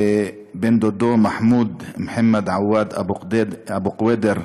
ובן-דודו, מחמוד מוחמד עוואד אבו קוידר,